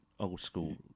old-school